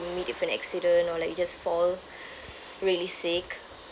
you meet with an accident or like just fall really sick